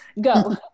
go